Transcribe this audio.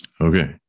Okay